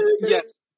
Yes